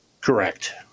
Correct